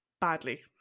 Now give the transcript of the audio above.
badly